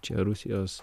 čia rusijos